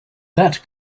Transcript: that